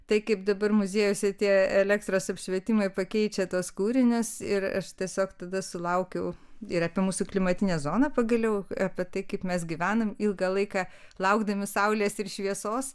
tai kaip dabar muziejuose tie elektros apšvietimai pakeičia tuos kūrinius ir tiesiog tada sulaukiau ir apie mūsų klimatinę zoną pagaliau apie tai kaip mes gyvenam ilgą laiką laukdami saulės ir šviesos